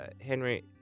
Henry